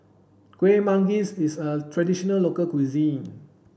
Kueh Manggis is a traditional local cuisine